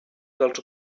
dels